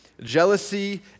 Jealousy